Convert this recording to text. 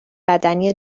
بدنی